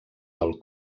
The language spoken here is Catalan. del